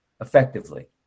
effectively